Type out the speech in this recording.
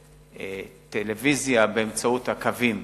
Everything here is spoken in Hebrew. טלוויזיה באמצעות הקווים,